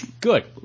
Good